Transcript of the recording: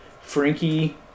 Frankie